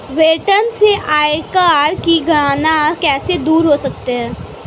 वेतन से आयकर की गणना कैसे दूर कर सकते है?